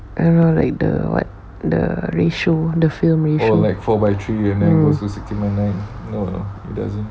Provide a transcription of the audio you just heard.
I know like the what the ratio the filming ratio mm